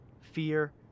Fear